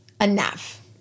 enough